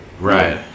Right